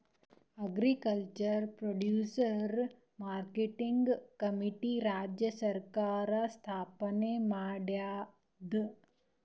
agriculture producer marketing committee ರಾಜ್ಯ ಸರ್ಕಾರ್ ಸ್ಥಾಪನೆ ಮಾಡ್ಯಾದ